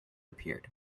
appeared